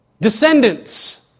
descendants